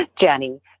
Jenny